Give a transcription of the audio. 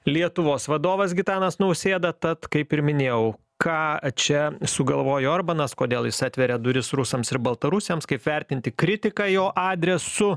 lietuvos vadovas gitanas nausėda tad kaip ir minėjau ką čia sugalvojo orbanas kodėl jis atveria duris rusams ir baltarusiams kaip vertinti kritiką jo adresu